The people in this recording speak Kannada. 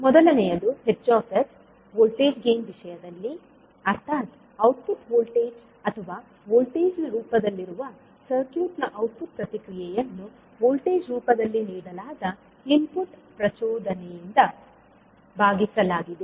ಮೊದಲನೆಯದು Hs ವೋಲ್ಟೇಜ್ ಗೇನ್ ವಿಷಯದಲ್ಲಿ ಅರ್ಥಾತ್ ಔಟ್ಪುಟ್ ವೋಲ್ಟೇಜ್ ಅಥವಾ ವೋಲ್ಟೇಜ್ ನ ರೂಪದಲ್ಲಿರುವ ಸರ್ಕ್ಯೂಟ್ ನ ಔಟ್ಪುಟ್ ಪ್ರತಿಕ್ರಿಯೆಯನ್ನು ವೋಲ್ಟೇಜ್ ರೂಪದಲ್ಲಿ ನೀಡಲಾದ ಇನ್ಪುಟ್ ಪ್ರಚೋದನೆಯಿಂದ ಭಾಗಿಸಲಾಗಿದೆ